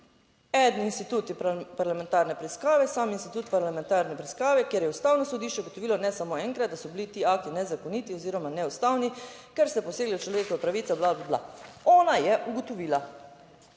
En institut parlamentarne preiskave. Sam institut parlamentarne preiskave, kjer je Ustavno sodišče ugotovilo ne samo enkrat, da so bili ti akti nezakoniti oziroma neustavni, ker ste posegli v človekove pravice, bla, bla, bla. Ona je ugotovila.